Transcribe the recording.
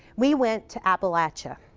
we went to appalachia.